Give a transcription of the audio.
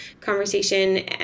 conversation